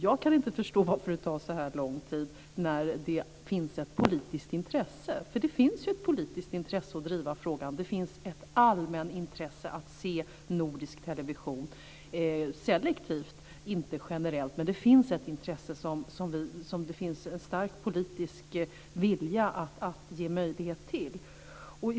Jag kan inte förstå varför det tar så lång tid när det finns ett politiskt intresse för att driva frågan. Det finns ett allmänintresse av att se nordisk television selektivt - inte generellt. Det finns en stark politisk vilja att ge möjlighet till detta.